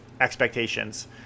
expectations